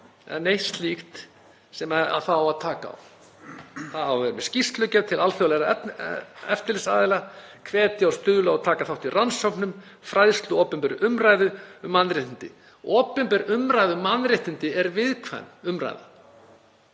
eða neitt slíkt sem það á að taka á. Það á að vera með skýrslugerð til alþjóðlegra eftirlitsaðila, hvetja og stuðla að og taka þátt í rannsóknum, fræðslu og opinberri umræðu um mannréttindi. Opinber umræða um mannréttindi er viðkvæm umræða.